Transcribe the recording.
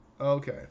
Okay